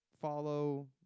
follow